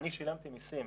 אני שילמתי מיסים,